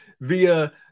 via